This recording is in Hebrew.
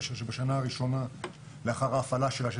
כך שבשנה הראשונה לאחר ההפעלה שלה,